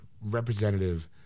representative